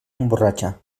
emborratxa